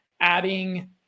adding